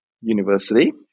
University